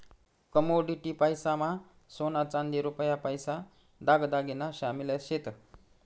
commodity पैसा मा सोना चांदी रुपया पैसा दाग दागिना शामिल शेत